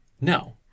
No